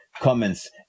comments